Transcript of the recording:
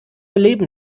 leben